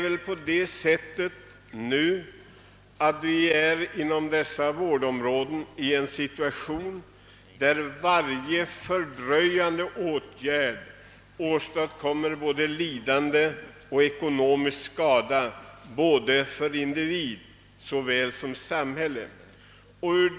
Vi är nu inom dessa vårdområden i en situation där varje fördröjande åtgärd åstadkommer både lidande och ekonomisk skada för såväl individ som samhälle.